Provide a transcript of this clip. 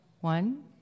one